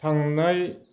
थांनाय